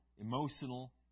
emotional